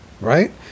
Right